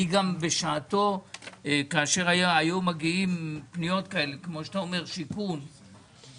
בשעתו כאשר היו מגיעות פניות כאלה כמו שאתה אומר לגבי שיכון,